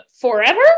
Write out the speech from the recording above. forever